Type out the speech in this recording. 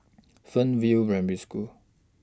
Fernvale Primary School